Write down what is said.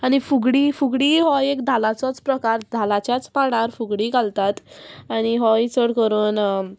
आनी फुगडी फुगडी हो एक धालाचोच प्रकार धालाच्याच मांडार फुगडी घालतात आनी होयी चड करून